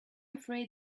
afraid